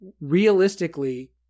realistically